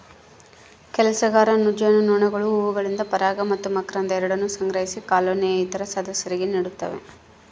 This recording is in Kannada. ಕೆಲಸಗಾರ ಜೇನುನೊಣಗಳು ಹೂವುಗಳಿಂದ ಪರಾಗ ಮತ್ತು ಮಕರಂದ ಎರಡನ್ನೂ ಸಂಗ್ರಹಿಸಿ ಕಾಲೋನಿಯ ಇತರ ಸದಸ್ಯರಿಗೆ ನೀಡುತ್ತವೆ